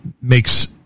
makes